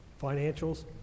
financials